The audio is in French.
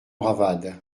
bravade